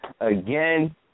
again